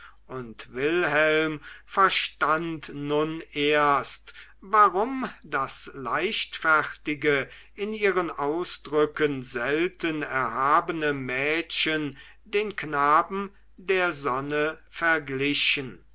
und wilhelm verstand nun erst warum das leichtfertige in ihren ausdrücken selten erhabene mädchen den knaben der sonne verglichen